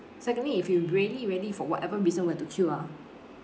secondly if you really really for whatever reason we have to queue ah